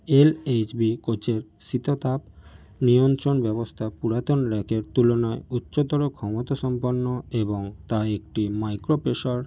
এল H B কোচের শীততাপ নিয়ন্ত্রণ ব্যবস্থা পুরাতন র্যাকের তুলনায় উচ্চতর ক্ষমতা সম্পন্ন এবং তা একটি মাইক্রো পেশর